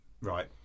Right